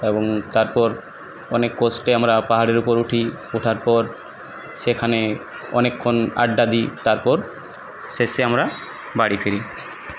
এবং তারপর অনেক কষ্টে আমরা পাহাড়ের উপর উঠি ওঠার পর সেখানে অনেকক্ষণ আড্ডা দিই তারপর শেষে আমরা বাড়ি ফিরি